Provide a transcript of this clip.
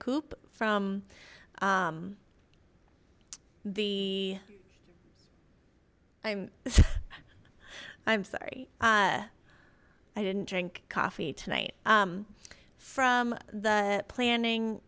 coop from the i'm i'm sorry i i didn't drink coffee tonight um from the planning